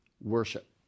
worship